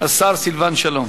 השר סילבן שלום.